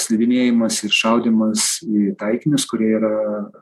slidinėjimas ir šaudymas į taikinius kurie yra